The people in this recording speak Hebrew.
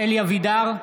אלי אבידר,